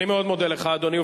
אני מאוד מודה לך, אדוני.